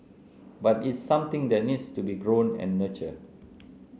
but it's something that needs to be grown and nurtured